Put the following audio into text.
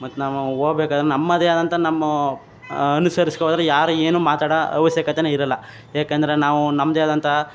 ಮತ್ತು ನಾವು ಹೋಗ್ಬೇಕಾದ್ರೆ ನಮ್ಮದೇ ಆದಂಥ ನಮ್ಮ ಅನುಸರಿಸ್ಕೊ ಹೋದ್ರೆ ಯಾರು ಏನೂ ಮಾತಾಡೋ ಅವಶ್ಯಕತೆಯೇ ಇರೋಲ್ಲ ಯಾಕೆಂದರೆ ನಾವು ನಮ್ಮದೇ ಆದಂತಹ